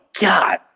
god